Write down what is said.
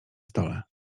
stole